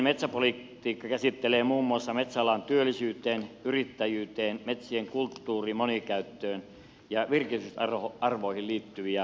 sosiaalinen metsäpolitiikka käsittelee muun muassa metsäalan työllisyyteen yrittäjyyteen metsien kulttuuri ja monikäyttöön ja virkistysarvoihin liittyviä asioita